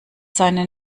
seine